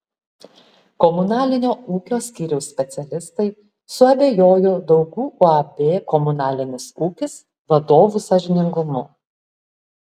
komunalinio ūkio skyriaus specialistai suabejojo daugų uab komunalinis ūkis vadovų sąžiningumu